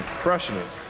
crushing it.